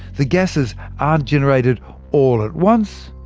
the gases aren't generated all at once,